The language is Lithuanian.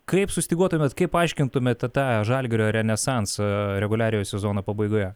kaip sustyguotumėt kaip paaiškintumėt tą žalgirio renesansą reguliariojo sezono pabaigoje